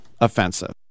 offensive